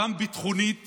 גם ביטחונית